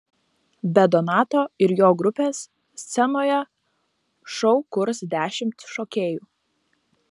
be donato ir jo grupės scenoje šou kurs dešimt šokėjų